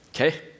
okay